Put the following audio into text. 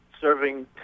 serving